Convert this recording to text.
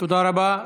תודה רבה.